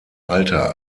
alter